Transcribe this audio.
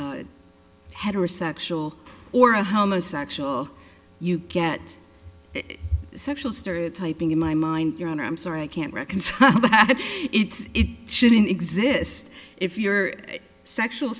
you're heterosexual or homosexual you get sexual stereotyping in my mind your honor i'm sorry i can't reconcile that it's it shouldn't exist if you're a sexual